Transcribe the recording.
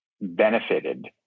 benefited